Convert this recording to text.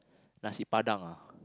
Nasi Padang